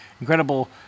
incredible